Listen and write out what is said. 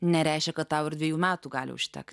nereiškia kad tau ir dvejų metų gali užtekt